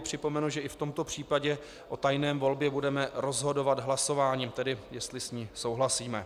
Připomenu, že i v tomto případě o tajné volbě budeme rozhodovat hlasováním, tedy jestli s ní souhlasíme.